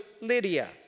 Lydia